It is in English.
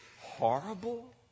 horrible